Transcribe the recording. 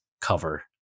cover